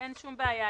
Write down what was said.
אין שום בעיה,